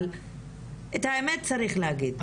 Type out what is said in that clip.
אבל את האמת צריך להגיד.